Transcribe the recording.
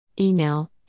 Email